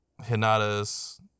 Hinata's